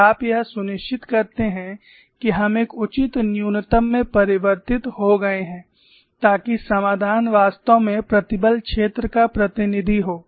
और आप यह सुनिश्चित करते हैं कि हम एक उचित न्यूनतम में परिवर्तित हो गए हैं ताकि समाधान वास्तव में प्रतिबल क्षेत्र का प्रतिनिधि हो